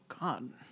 god